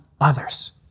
others